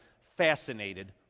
fascinated